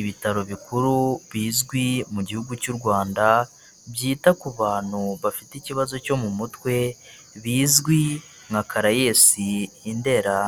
ibitaro bikuru bizwi mu gihugu cy'u Rwanda byita ku bantu bafite ikibazo cyo mu mutwe bizwi nka karayesi i ndera.